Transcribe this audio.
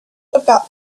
about